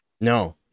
No